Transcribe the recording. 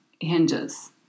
hinges